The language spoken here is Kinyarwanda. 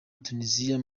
tuniziya